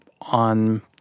on